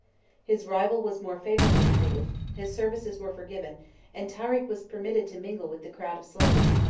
his rival was more favorably treated his services were forgiven and tarik was permitted to mingle with the crowd of slaves.